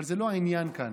אבל זה לא העניין כאן.